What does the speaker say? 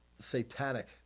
satanic